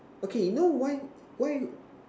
okay you know why why